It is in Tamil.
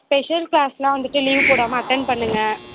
ஸ்பெஷல் கிளாஸ்லாம் வந்துவிட்டு லீவ் போடாமல் அட்டென்ட் பண்ணுங்கள்